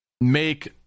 make